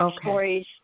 stories